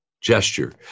gesture